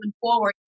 forward